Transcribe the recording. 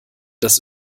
dass